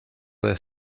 their